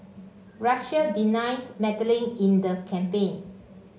Russia denies meddling in the campaign